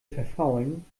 verfaulen